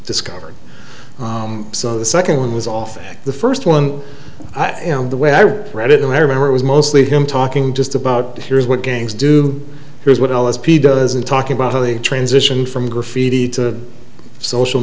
discovered so the second one was off the first one the way i read it and i remember it was mostly him talking just about here's what games do here's what l s p does and talking about how they transition from graffiti to social